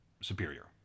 superior